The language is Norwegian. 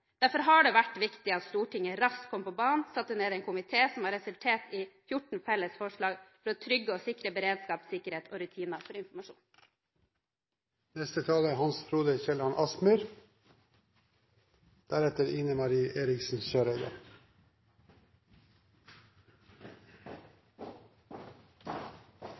Derfor har det vært viktig at Stortinget raskt kom på banen og satte ned en komité som har resultert i 14 felles forslag for å trygge og sikre beredskap, sikkerhet og rutiner for informasjon.